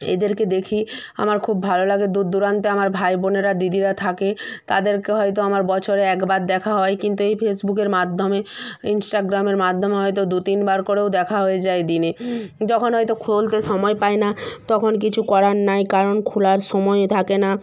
এদেরকে দেখি আমার খুব ভালো লাগে দূর দূরান্তে আমার ভাই বোনেরা দিদিরা থাকে তাদেরকে হয়তো আমার বছরে একবার দেখা হয় কিন্তু এই ফেসবুকের মাধ্যমে ইন্সটাগ্রামের মাধ্যমে হয়তো দু তিনবার করেও দেখা হয়ে যায় দিনে যখন হয়তো খুলতে সময় পাই না তখন কিছু করার নাই কারণ খোলার সময় থাকে না